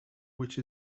which